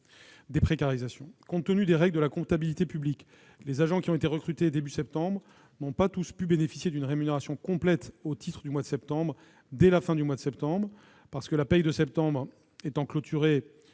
de déprécarisation. Compte tenu des règles de la comptabilité publique, les agents qui ont été recrutés au début du mois de septembre n'ont pas tous pu bénéficier d'une rémunération complète au titre du mois de septembre dès la fin dudit mois : la paie de septembre étant clôturée,